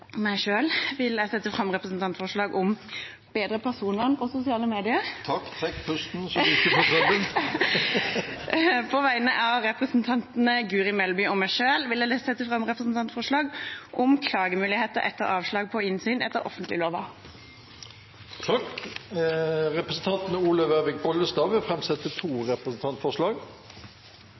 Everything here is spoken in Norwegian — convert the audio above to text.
meg selv vil jeg sette fram representantforslag om bedre personvern på sosiale medier. Og på vegne av representantene Guri Melby og meg selv vil jeg sette fram representantforslag om klagemuligheter etter avslag på innsyn etter offentlighetsloven. Representanten Olaug Vervik Bollestad vil framsette to representantforslag.